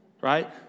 Right